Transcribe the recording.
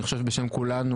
אני חושב בשם כולנו,